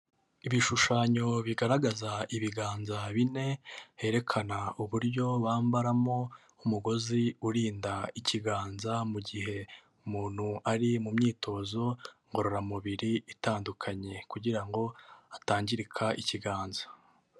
Ibishushanyo bigaragaza ibiganza bine, herekana uburyo bambaramo umugozi urinda ikiganza, mu gihe umuntu ari mu myitozo ngororamubiri itandukanye, kugira ngo atangirika ikiganza.